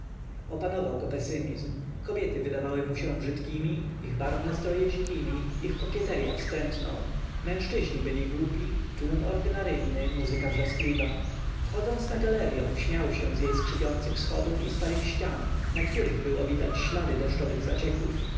opanował go pesymizm kobiety wydawały mu się brzydkiemi ich barwne stroje dzikiemi ich kokieterya wstrętną mężczyźni byli głupi tłum ordynaryjny muzyka wrzaskliwa wchodząc na galeryą śmiał się z jej skrzypiących schodów i starych ścian na których było widać ślady deszczowych zacieków